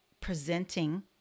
presenting